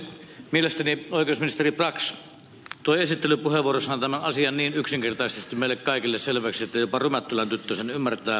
mielestäni oikeusministeri brax toi esittelypuheenvuorossaan tämän asian niin yksinkertaisesti meille kaikille selväksi että jopa rymättylän tyttö sen ymmärtää